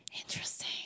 Interesting